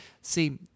see